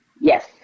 Yes